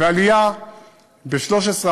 ועלייה ב-2013,